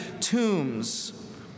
tombs